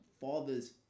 father's